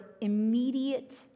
immediate